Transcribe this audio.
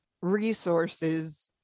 resources